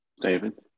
david